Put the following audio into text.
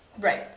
Right